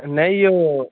नहि यौ